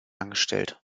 angestellt